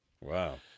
Wow